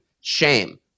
Shame